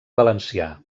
valencià